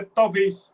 talvez